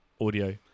audio